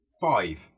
Five